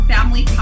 Family